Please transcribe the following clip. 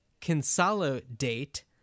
Consolidate